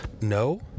No